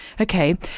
Okay